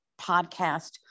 podcast